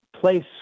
place